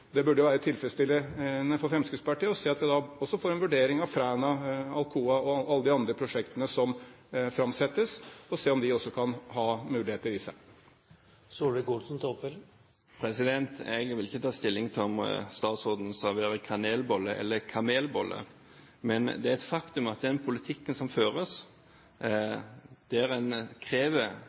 Det burde være tilfredsstillende for Fremskrittspartiet å se at vi da også får en vurdering av Fræna, Alcoa og alle de andre prosjektene som framsettes, og se om de også kan ha muligheter i seg. Jeg vil ikke ta stilling til om statsråden serverer kanelboller eller kamelboller. Men det er et faktum at den politikken som føres, der en krever